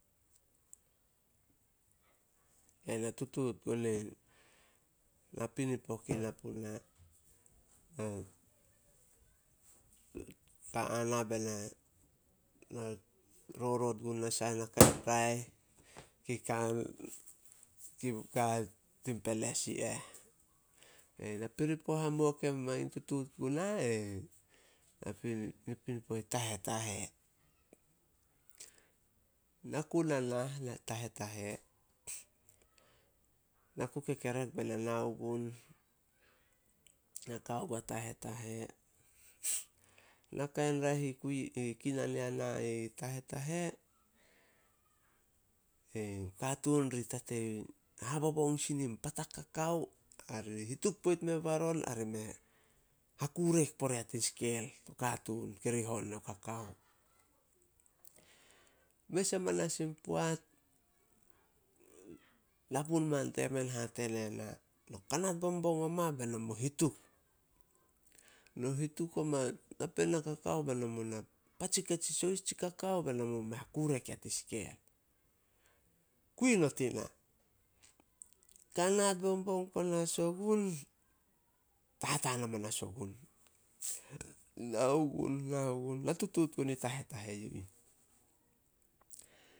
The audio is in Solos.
Ena tutuut gun i napinipo kei na puna. ka ana be na rorot gun na sahanakai raeh kei ka tin peles i eh. Napiripo hamuo ke mangin tutuut guna, napiripo i Tahetahe. Na ku na nah Tahetahe, na ku kekerek be na nao gun. Na kao gua Tahetahe. Naka in raeh i kinan yana i Tahetahe, katuun ri tatei habobong sin in patak kakao ari hituk poit meh baron ari me hakurek pore a tin skel to katuun. Mes amanas in poat, lapun man temen hate ne na, "No kanat bobong oma be no mu hituk. No hituk oma napeen na kakao be no mu na patsik atsi sohis tsi kakao be no mu me hakurek ya tin skel." Kui not i na. kanat bobong panas ogun, tataan amanas ogun. Nao gun- nao gun, na tutuut gun i Tahetahe yu ih.